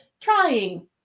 trying